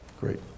Great